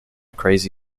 crazy